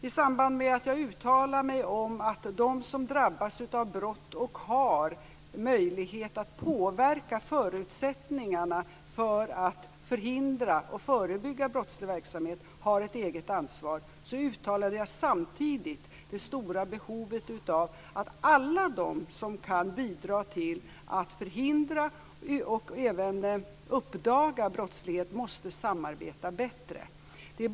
I samband med att jag uttalade mig om att de som drabbas av brott och har möjlighet att påverka förutsättningarna för att förhindra och förebygga brottslig verksamhet har ett eget ansvar uttalade jag samtidigt det stora behovet av att alla de som kan bidra till att förhindra och även uppdaga brottslighet måste samarbeta bättre.